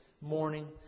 morning